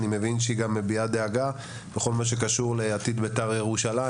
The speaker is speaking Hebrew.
אני מבין שהיא גם מביעה דאגה בכל מה שקשור לעתיד בית"ר ירושלים.